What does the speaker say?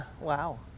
Wow